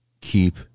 keep